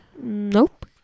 Nope